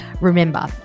Remember